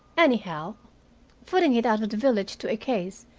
anyhow footing it out of the village to a case,